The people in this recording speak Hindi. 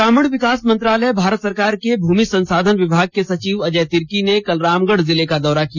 ग्रामीण विकास मंत्रालय भारत सरकार के भूमि संसाधन विभाग के सचिव अजय तिर्की ने कल रामगढ़ जिले का दौरा किया